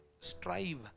strive